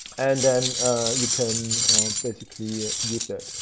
and then you can basically use that.